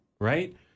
right